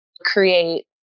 create